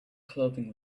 clothing